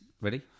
ready